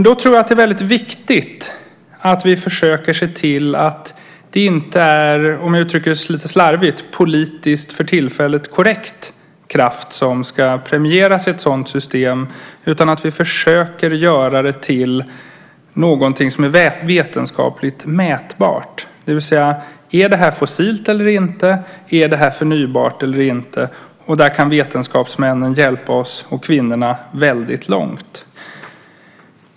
Det är viktigt att vi försöker se till att det inte är, om jag uttrycker det lite slarvigt, för tillfället politiskt korrekt kraft som ska premieras i ett sådant system utan att vi försöker göra det till något som är vetenskapligt mätbart. Är det fossilt eller inte? Är det förnybart eller inte? Vetenskapsmännen och kvinnorna kan där hjälpa oss väldigt långt.